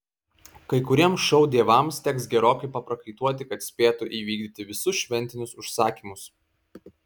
kai kuriems šou dievams teks gerokai paprakaituoti kad spėtų įvykdyti visus šventinius užsakymus